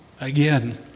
Again